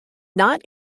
not